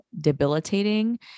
debilitating